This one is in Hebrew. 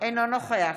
אינו נוכח